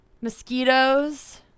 Mosquitoes